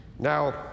Now